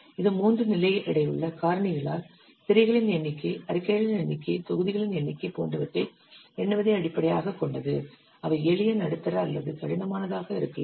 இது மூன்று நிலை எடையுள்ள காரணிகளால் திரைகளின் எண்ணிக்கை அறிக்கைகளின் எண்ணிக்கை தொகுதிகளின் எண்ணிக்கை போன்றவற்றை எண்ணுவதை அடிப்படையாகக் கொண்டது அவை எளிய நடுத்தர அல்லது கடினமானதாக இருக்கலாம்